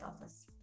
office